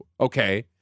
Okay